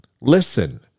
Listen